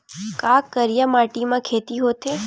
का करिया माटी म खेती होथे?